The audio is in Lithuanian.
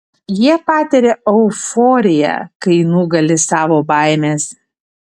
jie patiria euforiją kai nugali savo baimes